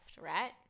right